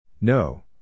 No